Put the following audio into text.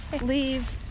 leave